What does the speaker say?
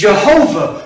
Jehovah